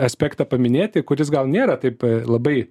aspektą paminėti kuris gal nėra taip labai